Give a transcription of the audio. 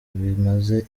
bimaze